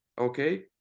okay